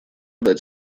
дать